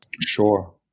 sure